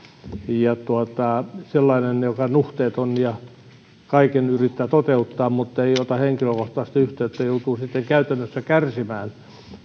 ja kun sellainen joka on nuhteeton ja kaiken yrittää toteuttaa muttei ota henkilökohtaisesti yhteyttä joutuu sitten käytännössä kärsimään